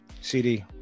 cd